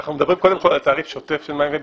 אנחנו מדברים קודם כל על תעריף שוטף של מים,